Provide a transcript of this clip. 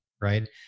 right